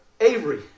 Avery